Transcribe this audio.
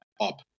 up